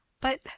But